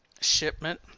shipment